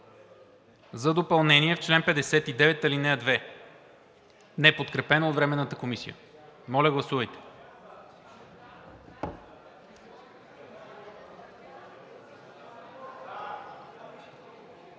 за допълнение в чл. 59, ал. 2, неподкрепено от Временната комисия. Моля, гласувайте.